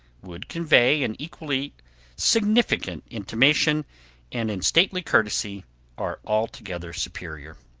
would convey an equally significant intimation and in stately courtesy are altogether superior.